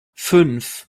fünf